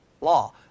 law